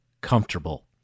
comfortable